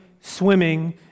swimming